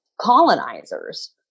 colonizers